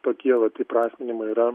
tokie vat įprasminimai yra